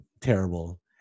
terrible